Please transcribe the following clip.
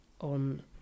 on